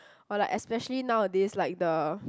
or like especially nowadays like the